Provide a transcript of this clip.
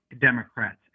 Democrats